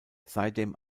seitdem